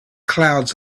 clouds